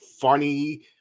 funny